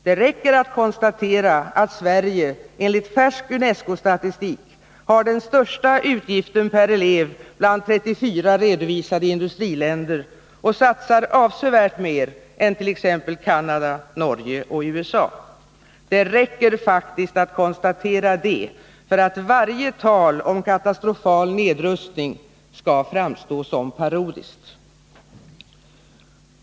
Det räcker att konstatera att Sverige, enligt färsk UNESCO-statistik, har den största utgiften per elev bland 34 redovisade industriländer och satsar avsevärt mer änt.ex. Canada, Norge och USA. Det räcker faktiskt att konstatera det för att varje tal om katastrofal nedrustning skall framstå som parodiskt.